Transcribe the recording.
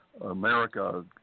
America